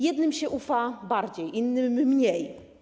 Jednym się ufa bardziej, innym - mniej.